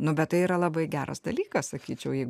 nu bet tai yra labai geras dalykas sakyčiau jeigu